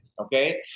okay